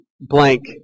blank